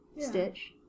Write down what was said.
stitch